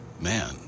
Man